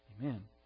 Amen